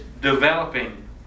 developing